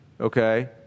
okay